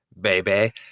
baby